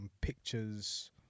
Pictures